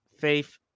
faith